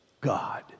God